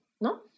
no